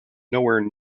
nowhere